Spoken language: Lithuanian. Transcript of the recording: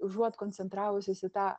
užuot koncentravusis į tą